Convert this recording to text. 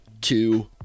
two